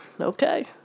okay